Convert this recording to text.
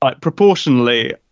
proportionally